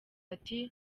ati